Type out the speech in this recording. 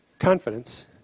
confidence